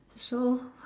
so